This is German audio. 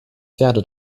pferde